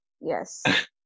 yes